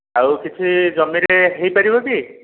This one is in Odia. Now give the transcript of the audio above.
ଆଉ କିଛି ଜମିରେ ହୋଇପାରିବ କି